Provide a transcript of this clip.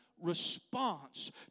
response